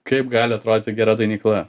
kaip gali atrodyti gera dainykla